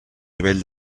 nivell